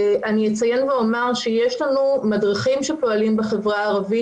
אני אציין ואומר שיש לנו מדריכים שפועלים בחברה הערבית